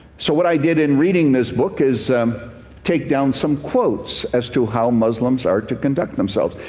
so what i did in reading this book is take down some quotes as to how muslims are to conduct themselves.